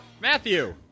Matthew